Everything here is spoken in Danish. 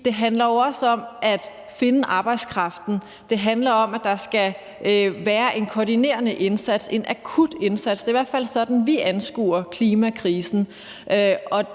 det handler jo også om at finde arbejdskraften. Det handler om, at der skal være en koordinerende indsats, en akut indsats. Det er i hvert fald sådan, vi anskuer klimakrisen,